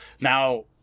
Now